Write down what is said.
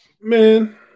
man